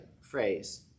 phrase